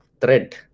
thread